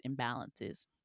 imbalances